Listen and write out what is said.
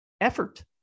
effort